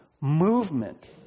movement